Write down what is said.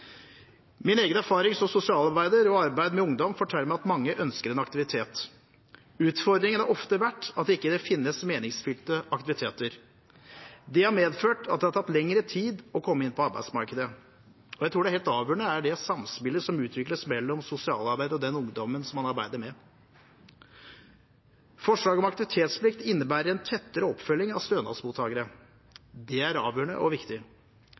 Min egen erfaring som sosialarbeider og fra arbeid med ungdom forteller meg at mange ønsker en aktivitet. Utfordringen har ofte vært at det ikke finnes meningsfylte aktiviteter. Det har medført at det har tatt lengre tid å komme inn på arbeidsmarkedet. Jeg tror det helt avgjørende er det samspillet som utvikles mellom sosialarbeideren og den ungdommen som man arbeider med. Forslaget om aktivitetsplikt innebærer en tettere oppfølging av stønadsmottakerne. Det er avgjørende og viktig.